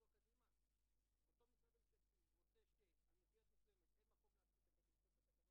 יתייעץ מי שמספק שירות משלים עם מפעיל המסגרת בדבר